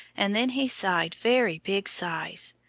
and then he sighed very big sighs.